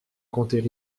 conter